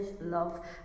love